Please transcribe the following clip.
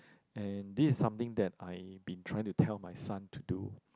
and this is something that I been trying to tell my son to do